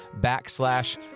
backslash